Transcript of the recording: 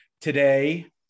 Today